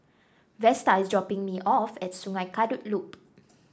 Vesta is dropping me off at Sungei Kadut Loop